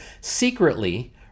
secretly